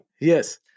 Yes